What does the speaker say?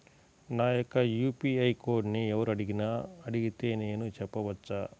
నా యొక్క యూ.పీ.ఐ కోడ్ని ఎవరు అయినా అడిగితే నేను చెప్పవచ్చా?